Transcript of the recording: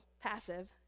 passive